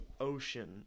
ocean